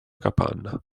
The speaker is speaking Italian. capanna